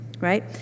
Right